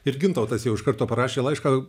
ir gintautas jau iš karto parašė laišką